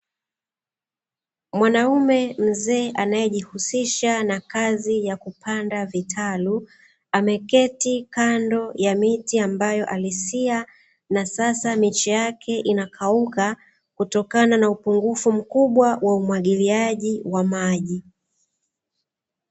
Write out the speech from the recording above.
Mwanaume mzee anayejihusisha na kazi ya kupanda vitalu, ameketi kando ya miti ambayo alisia na sasa miche yake inakauka, kutokana na upungufu mkubwa wa umwagiliaji wa maji.